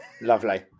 lovely